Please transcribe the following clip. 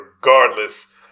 regardless